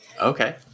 Okay